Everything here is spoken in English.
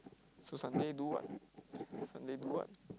so Sunday do what Sunday do what